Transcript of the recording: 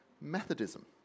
Methodism